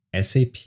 SAP